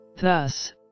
thus